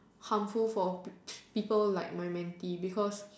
harmful for [pe] people like my mentee because